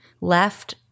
left –